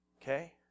Okay